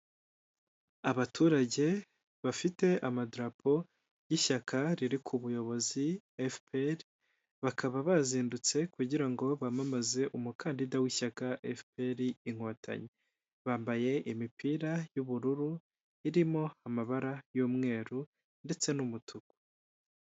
Abaturage bafite amadarapo y'ishyaka riri ku buyobozi, FPR, bakaba bazindutse kugira ngo bamamaze umukandida w'ishyaka FPR Inkotanyi bambaye imipira y'ubururu, irimo amabara y'umweru ndetse n'umutuku.